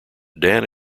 dan